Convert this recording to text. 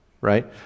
Right